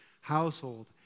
household